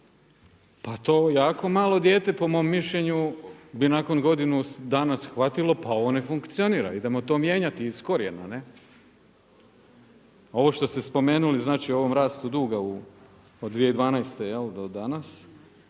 pa to malo dijete po mom mišljenju bi nakon godinu dana shvatilo pa ovo ne funkcionira, idemo to mijenjati iz korijena. Ne? Ovo što ste spomenuli, znači o ovom rastu duga od 2012. do danas.